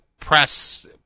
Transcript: press